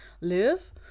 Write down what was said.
live